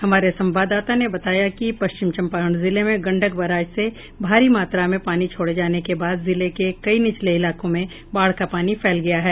हमारे संवाददाता ने बताया कि पश्चिम चंपारण जिले में गंडक बराज से भारी मात्रा में पानी छोड़े जाने के बाद जिले के कई निचले इलाकों में बाढ़ का पानी फैल गया है